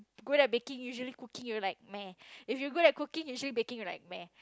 good at baking usually cooking you are like meh if you good at cooking usually baking you are like meh